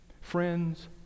Friends